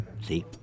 See